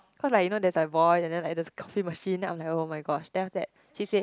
cause like you know there's the voice and then like those coffee machine then I'm like oh-my-gosh then after that she say